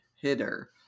Hitter